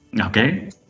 Okay